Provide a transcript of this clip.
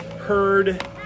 heard